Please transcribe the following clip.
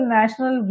national